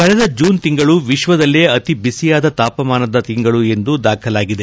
ಕಳೆದ ಜೂನ್ ತಿಂಗಳು ವಿಶ್ವದಲ್ಲೇ ಅತಿ ಬಿಸಿಯಾದ ತಾಪಮಾನದ ತಿಂಗಳು ಎಂದು ದಾಖಲಾಗಿದೆ